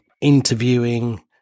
interviewing